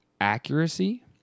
accuracy